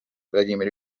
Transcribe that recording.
vladimir